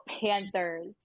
Panthers